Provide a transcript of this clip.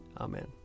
Amen